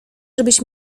żebyś